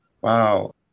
wow